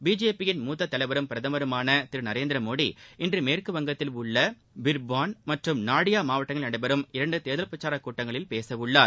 பிஜேபியின் மூத்த தலைவரும் பிரதருமான திரு நரேந்திரமோடி இன்று மேற்கு வங்கத்தில் உள்ள பிர்பும் மற்றும் நாடியா மாவட்டங்களில் நடைபெறும் இரண்டு தேர்தல் பிரச்சார கூட்டங்களில் பேச உள்ளார்